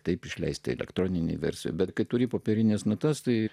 taip išleisti elektroninę versiją bet kai turi popierines natas tai